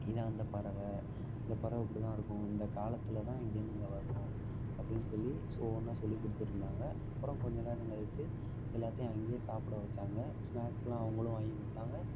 இதுதான் அந்த பறவை இந்த பறவை இப்படிதான் இருக்கும் இந்தக் காலத்தில்தான் அங்கேருந்து இங்கே வரும் அப்படின் சொல்லி ஸோ ஒவ்வொன்றா சொல்லிக்கொடுத்துட்டுருந்தாங்க அப்புறம் கொஞ்ச நேரம் கழிச்சு எல்லாத்தையும் அங்கே சாப்பிட வச்சாங்கள் ஸ்நாக்ஸ்லாம் அவங்களும் வாங்கிக்கொடுத்தாங்க